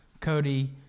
Cody